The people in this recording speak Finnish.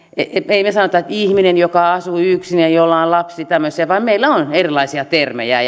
emme me sano että ihminen joka asuu yksin ja jolla on lapsi tämmöisiä vaan meillä on erilaisia termejä